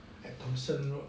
at thomson road